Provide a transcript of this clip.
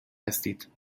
هستید